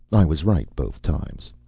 i was right both times.